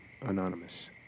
Anonymous